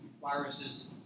viruses